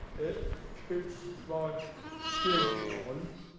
it keeps my skin on.